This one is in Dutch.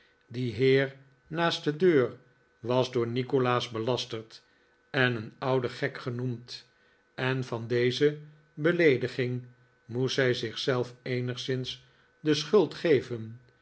die heer naast de deur was door nikolaas belasterd en een oude gek genoemd en van deze beleediging moest zij zich zelf eenigszins de schuld geven